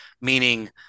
meaning